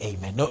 Amen